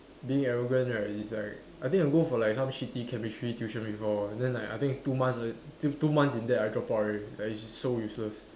being arrogant right is like I think I go for like some shitty Chemistry tuition before then like I think two months in there two two months in there I drop out already it's so useless